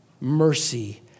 mercy